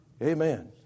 Amen